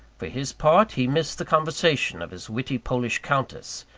for his part, he missed the conversation of his witty polish countess,